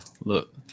Look